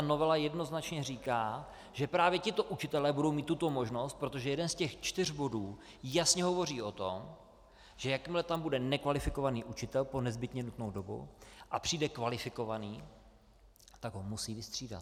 Novela jednoznačně říká, že právě tito učitelé budou mít tuto možnost, protože jeden z těch čtyř bodů jasně hovoří o tom, že jakmile tam bude nekvalifikovaný učitel po nezbytně nutnou dobu a přijde kvalifikovaný, musí ho vystřídat.